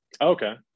okay